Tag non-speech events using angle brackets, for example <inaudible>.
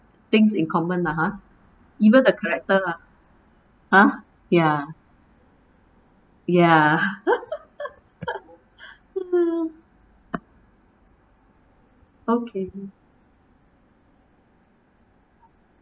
things in common lah ha eve the character ah !huh! ya ya <laughs> okay